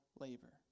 labor